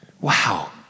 Wow